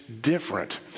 different